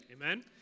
Amen